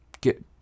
get